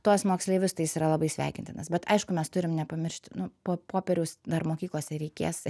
tuos moksleivius tai jis yra labai sveikintinas bet aišku mes turim nepamiršti nu po popieriaus dar mokyklose reikės